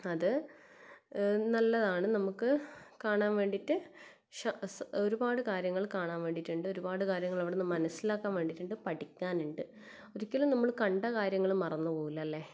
അത് നല്ലതാണ് നമുക്ക് കാണാൻ വേണ്ടിയിട്ട് ശ ഒരുപാട് കാര്യങ്ങൾ കാണാൻ വേണ്ടിയിട്ട് ഉണ്ട് ഒരുപാട് കാര്യങ്ങൾ അവിടെ നിന്ന് മനസ്സിലാക്കാൻ വേണ്ടിയിട്ടുണ്ട് പഠിക്കാനുണ്ട് ഒരിക്കലും നമ്മൾ കണ്ട കാര്യങ്ങൾ മറന്ന് പോവില്ല അല്ലേ